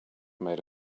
made